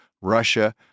Russia